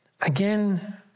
Again